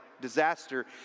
disaster